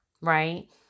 right